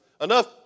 enough